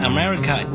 America